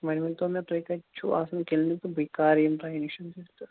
وۄنۍ ؤنۍتو مےٚ تۄہہِ کَتہِ چھُو آسان کِلنِک تہٕ بہٕ کَر یِمہٕ تۄہہ نِش تہٕ